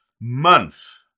month